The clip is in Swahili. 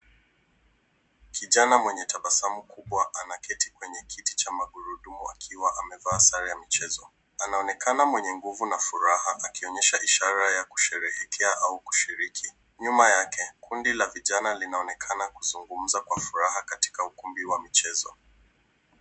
Kijana mwenye tabasamu kubwa anaketi kwenye kiti cha magurudumu akiwa amevaa sare ya mchezo. Anaonekana mwenye nguvu na furaha akionyesha ishara ya kusherehekea au kushiriki. Nyuma yake kundi la vijana linaonekana kuzungumza kwa furaha katika ukumbi wa mchezo.